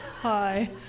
hi